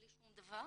בלי שום דבר?